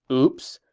oops,